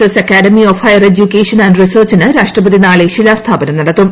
S academy of ഹൃയൂർ education ആന്ററി സർച്ചിന് രാഷ്ട്രപതി നാളെ ശിലാസ്ഥാപ്നം നടത്തും